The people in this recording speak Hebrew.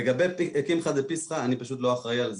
לגבי קמחא דפסחא אני פשוט לא אחראי על זה,